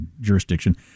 jurisdiction